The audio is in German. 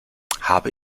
habe